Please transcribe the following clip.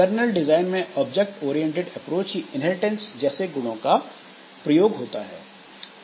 colonel design में object oriented approach की inheritance जैसे गुणों का प्रयोग होता है